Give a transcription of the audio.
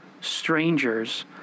strangers